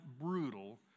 brutal